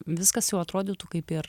viskas jau atrodytų kaip ir